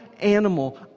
animal